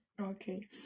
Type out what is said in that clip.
okay